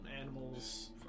animals